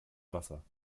wasser